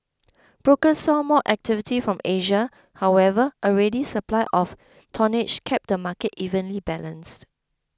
brokers saw more activity from Asia however a ready supply of tonnage kept the market evenly balanced